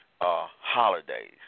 holidays